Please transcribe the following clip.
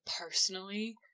personally